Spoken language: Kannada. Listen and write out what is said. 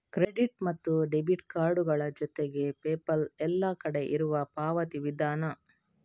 ಕ್ರೆಡಿಟ್ ಮತ್ತು ಡೆಬಿಟ್ ಕಾರ್ಡುಗಳ ಜೊತೆಗೆ ಪೇಪಾಲ್ ಎಲ್ಲ ಕಡೆ ಇರುವ ಪಾವತಿ ವಿಧಾನ